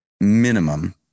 minimum